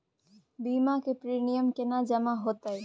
बीमा के प्रीमियम केना जमा हेते?